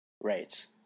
Right